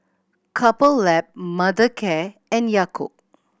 Couple Lab Mothercare and Yakult